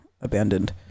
abandoned